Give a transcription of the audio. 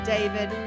David